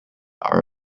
are